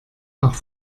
auch